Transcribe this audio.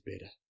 better